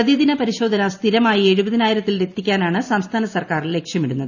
പ്രതിദിന പരിശോധന സ്ഥിരമായി എഴുപതിനായിരത്തിൽ എത്തിക്കാനാണ് സ്ലംസ്ഥാന സർക്കാർ ലക്ഷ്യമിടുന്നത്